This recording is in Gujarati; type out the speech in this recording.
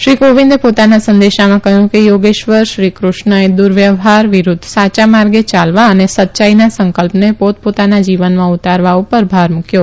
શ્રી કોવિંદે પોતાના સંદેશામાં કહ્યું કે યોગેશ્વર શ્રી કુષ્ણએ દુવ્યવહાર વિરૂધ્ધ સાયા માર્ગે ચાલવા અને સચ્યાઈના સંકલ્પને પોત પોતાના જીવનમાં ઉતારવા પર ભાર મુકયો